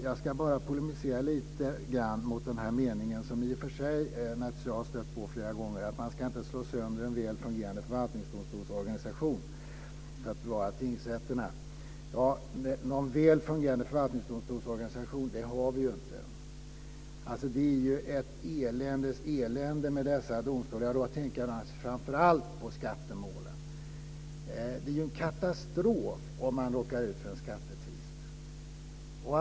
Jag ska bara polemisera lite grann mot den här meningen, som jag i och för sig har stött på flera gånger, att man inte ska slå sönder en väl fungerande förvaltningsdomstolsorganisation för att bevara tingsrätterna. Ja, någon väl fungerande förvaltningsdomstolsorganisation har vi ju inte. Det är ju ett eländes elände med dessa domstolar. Då tänker jag naturligtvis framför allt på skattemålen. Det är en katastrof om man råkar ut för en skattetvist.